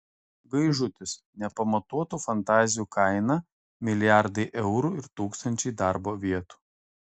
gaižutis nepamatuotų fantazijų kaina milijardai eurų ir tūkstančiai darbo vietų